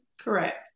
correct